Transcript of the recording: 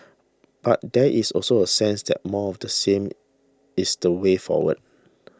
but there is also a sense that more of the same is the way forward